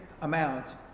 amount